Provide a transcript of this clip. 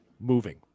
moving